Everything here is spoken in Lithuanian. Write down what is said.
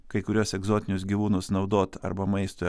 kai kuriuos egzotinius gyvūnus naudot arba maistui